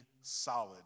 solid